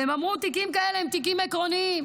והם אמרו: תיקים כאלה הם תיקים עקרוניים,